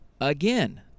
Again